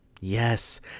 yes